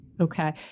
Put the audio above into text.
Okay